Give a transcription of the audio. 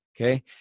Okay